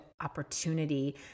opportunity